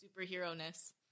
superhero-ness